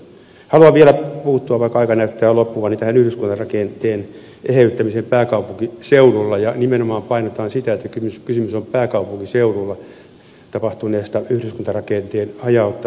haluan vielä puuttua vaikka aika näyttää loppuvan yhdyskuntarakenteen eheyttämiseen pääkaupunkiseudulla ja nimenomaan painotan sitä että kysymys on pääkaupunkiseudulla tapah tuneesta yhdyskuntarakenteen hajautumisesta